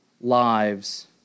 lives